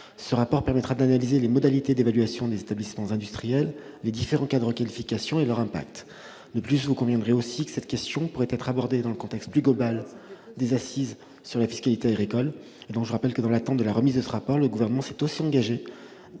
Ce rapport permettra d'analyser les modalités d'évaluation des établissements industriels, les différents cadres de qualification et leur impact. De plus, vous en conviendrez, cette question pourrait être abordée dans le contexte plus large des assises de la fiscalité agricole. En outre, je vous rappelle que, dans l'attente de la remise du rapport précédemment évoqué, le